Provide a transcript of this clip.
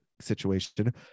situation